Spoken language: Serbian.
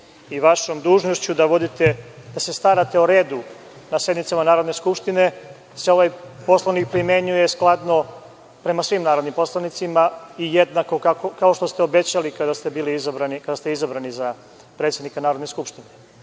i vašom dužnošću da se starate o redu na sednicama Narodne skupštine, da se ovaj Poslovnik primenjuje skladno prema svim narodnim poslanicima i jednako, kao što ste obećali kada ste izabrani za predsednika Narodne skupštine. Ne